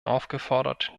aufgefordert